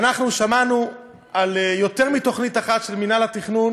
אנחנו שמענו על יותר מתוכנית אחת של מינהל התכנון